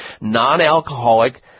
non-alcoholic